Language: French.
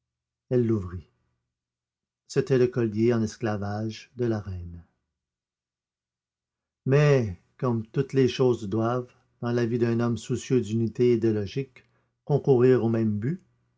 elle ouvrit c'était le collier en esclavage de la reine mais comme toutes choses doivent dans la vie d'un homme soucieux d'unité et de logique concourir au même but et